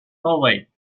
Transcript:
hallway